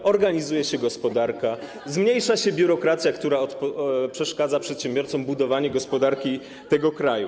Tak. ...organizuje się gospodarka, zmniejsza się biurokracja, która przeszkadza przedsiębiorcom w budowaniu gospodarki tego kraju.